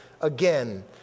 again